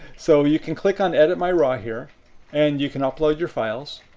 so, you can click on edit my raw here and you can upload your files.